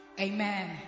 Amen